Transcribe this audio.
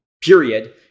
period